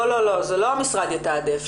לא, זה לא המשרד יתעדף.